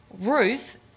Ruth